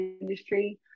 industry